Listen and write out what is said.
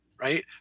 right